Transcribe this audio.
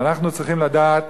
ואנחנו צריכים לדעת